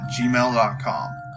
gmail.com